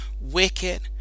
wicked